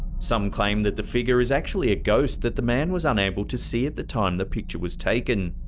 some claim that the figure is actually a ghost that the man was unable to see at the time the picture was taken.